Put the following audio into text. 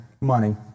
money